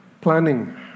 planning